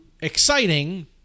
exciting